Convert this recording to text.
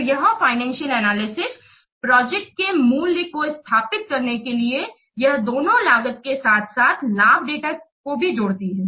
तो यह financial analysis project के मूल्य को स्थापित करने के लिए यह दोनों लागत के साथ साथ लाभ डेटा को भी जोड़ती है